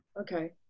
Okay